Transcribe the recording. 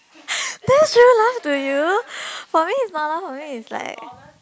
that's real life to you for me it's my life for me it's like